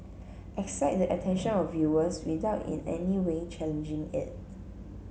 excite the attention of viewers without in any way challenging it